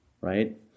Right